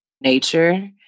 nature